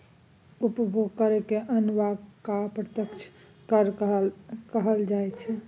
उपभोग करकेँ अन्य कर वा अप्रत्यक्ष कर कहल जाइत छै